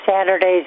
Saturday's